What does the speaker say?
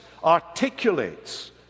articulates